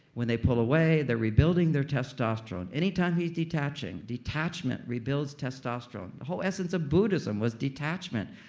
when they pull away, they're rebuilding their testosterone. anytime he's detaching. detachment rebuilds testosterone. the whole essence of buddhism was detachment.